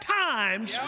times